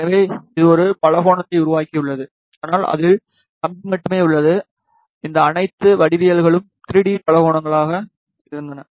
எனவே இது ஒரு பலகோணத்தை உருவாக்கியுள்ளது ஆனால் அதில் கம்பி மட்டுமே உள்ளதுஇந்த அனைத்து வடிவவியல்களும் 3D பலகோணங்களாக இருந்தன